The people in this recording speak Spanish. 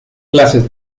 clases